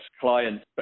clients